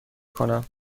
کنم